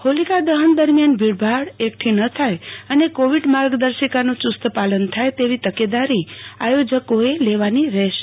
હોલિકા દહન દરમિયાન ભીડભાડ એકઠી ન થાય અને કોવિડ માર્ગદર્શિકાનું યુસ્ત પાલન થાય તેવી તકેદારી આયોજકએ લેવાની રહેશે